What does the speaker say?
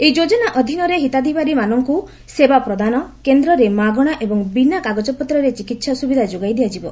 ଏହି ଯୋଜନା ଅଧୀନରେ ହିତାଧିକାରୀମାନଙ୍କୁ ସେବା ପ୍ରଦାନ କେନ୍ଦ୍ରରେ ମାଗଣା ଏବଂ ବିନା କାଗଜପତ୍ରରେ ଚିକିିି୍ସା ସୁବିଧା ଯୋଗାଇ ଦିଆଯିବ